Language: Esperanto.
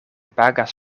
pagas